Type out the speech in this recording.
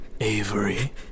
Avery